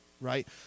right